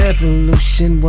Revolution